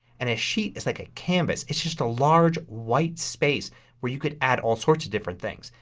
and a sheet is like a canvas. it's just a large white space where you could add all sorts of different things.